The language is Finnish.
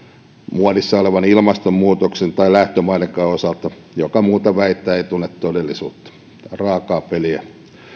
muodissa olevan ilmastonmuutoksen kuin lähtömaidenkaan osalta joka muuta väittää ei tunne todellisuutta raakaa peliä